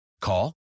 Call